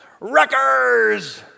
Wreckers